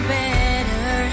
better